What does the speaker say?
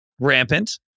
rampant